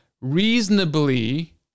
reasonably